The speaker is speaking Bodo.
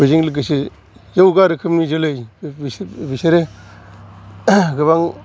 बिजों लोगोसे जौगा रोखोमनि जोलै बिसोरो गोबां